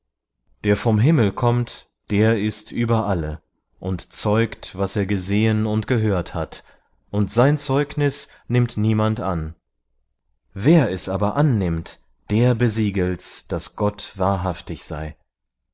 der vom himmel kommt der ist über alle und zeugt was er gesehen und gehört hat und sein zeugnis nimmt niemand an wer es aber annimmt der besiegelt's daß gott wahrhaftig sei